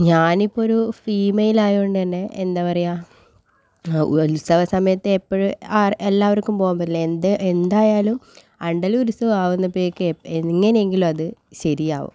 ഞാനിപ്പോൾ ഒരു ഫീമെയിലായതുകൊണ്ടു തന്നെ എന്താ പറയുക ഉത്സവസമയത്ത് എപ്പോഴും എല്ലാവർക്കും പോകാൻ പറ്റില്ല എന്ത് എന്തായാലും ആണ്ടല്ലൂർ ഉത്സവ ആകുന്ന അപ്പോഴേക്ക് എങ്ങനെയെങ്കിലും അത് ശരിയാവും